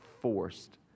forced